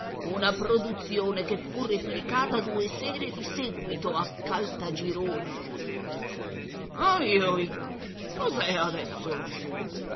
una produzione che fu replicata due sere di seguito a caltagirone ohi ohi cos'è adesso